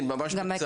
כן, ממש בקצרה.